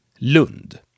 Lund